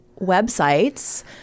websites